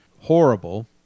horrible